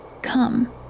Come